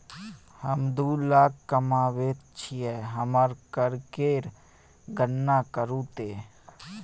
हम दू लाख कमाबैत छी हमर कर केर गणना करू ते